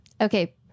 Okay